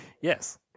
Yes